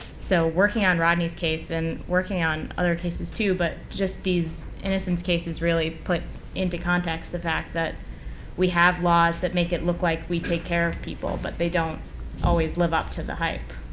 so working on rodney's case and working on other cases, too but just these innocence cases really put into context the fact that we have laws that make it look like we take care of people but they don't always live up to the hype.